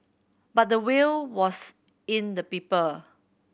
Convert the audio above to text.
but the will was in the people